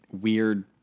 weird